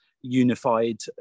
unified